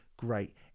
great